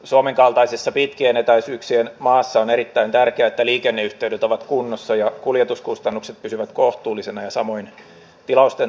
suomen kaltaisessa pitkien etäisyyksien maassa on erittäin tärkeää että liikenneyhteydet ovat kunnossa ja kuljetuskustannukset pysyvät kohtuullisena ja samoin tilausten toimittamiseen kuluva aika